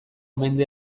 mende